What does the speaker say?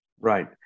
Right